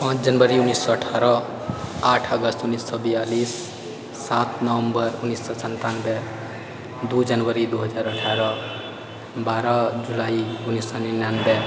पाँच जनवरी उन्नैस सए अठारह आठ अगस्त उन्नैस सए बआलिस सात नवम्बर उन्नैस सए सन्तानबे दू जनवरी दू हजार अठारह बारह जुलाई उन्नैस सए निनानबे